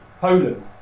Poland